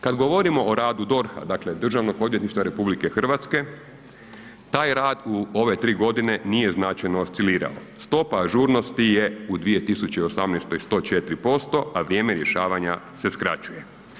Kad govorimo o radu DORH-a, dakle Državnog odvjetništva RH, taj rad u ove 3.g. nije značajno oscilirao, stopa ažurnosti je u 2018. 104%, a vrijeme rješavanja se skraćuje.